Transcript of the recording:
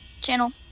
Channel